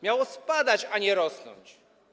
Miało spadać, a nie rosnąć.